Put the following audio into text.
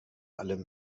allem